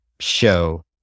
show